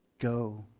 Go